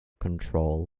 control